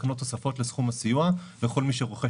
שמקנות תוספות לסכום הסיוע לכל מי שרוכש